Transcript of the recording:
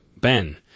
Ben